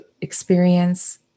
experience